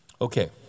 Okay